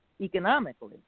economically